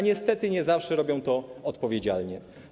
Niestety nie zawsze robią to odpowiedzialnie.